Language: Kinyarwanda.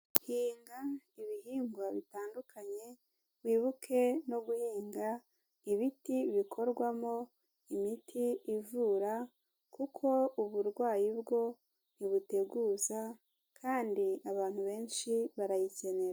Hinga ibihingwa bitandukanye, wibuke no guhinga ibiti bikorwamo imiti ivura kuko uburwayi bwo ntibuteguza kandi abantu benshi barayikenera.